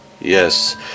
Yes